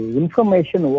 information